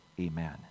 amen